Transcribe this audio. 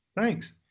Thanks